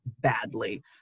badly